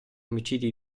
omicidi